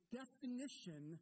definition